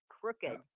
crooked